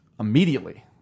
Immediately